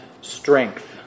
strength